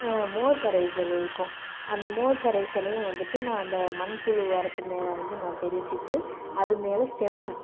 மோர்க்கரைசல் இருக்கும் அந்த மோர் கரைசலையும் வந்துவிட்டு நான் அந்த மண்புழு உரத்து மேலே வந்து நான் தெளிச்சிவிட்டு அது மேலே செம்மண்